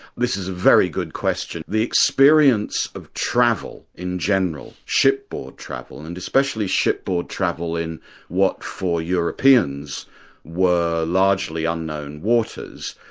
this is a very good question. the experience of travel in general, shipboard travel, and and especially shipboard travel in what for europeans were largely unknown waters,